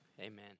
Amen